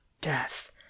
death